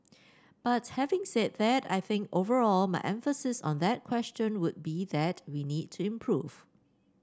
but having said that I think overall my emphasis on that question would be that we need to improve